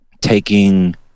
taking